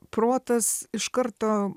protas iš karto